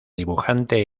dibujante